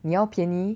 你要便宜